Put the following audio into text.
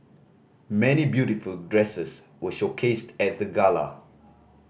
many beautiful dresses were showcased at the gala